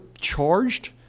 charged